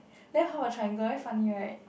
then how a triangle very funny right